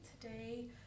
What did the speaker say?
today